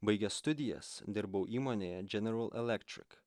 baigęs studijas dirbau įmonėje general electric